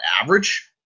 average